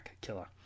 killer